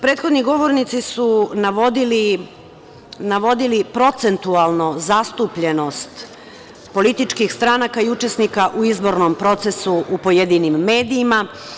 Prethodni govornici su navodili procentualno zastupljenost političkih stranaka i učesnika u izbornom procesu u pojedinim medijima.